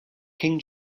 king